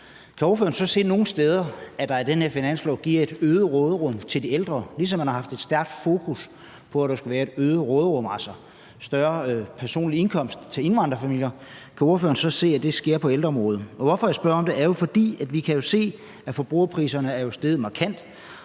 hvor den her finanslov giver et øget råderum til de ældre, ligesom man har haft et stærkt fokus på, at der skulle være et øget råderum, altså en større personlig indkomst, til indvandrerfamilier? Kan ordføreren så se, at det sker på ældreområdet? Når jeg spørger om det, er det jo, fordi vi kan se, at forbrugerpriserne er steget markant.